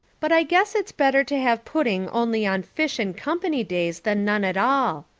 but i guess it's better to have pudding only on fish and company days than none at all.